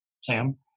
Sam